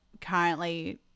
currently